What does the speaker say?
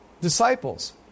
disciples